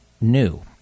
new